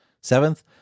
Seventh